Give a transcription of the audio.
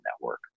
network